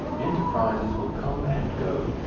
enterprises will come and go,